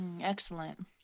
Excellent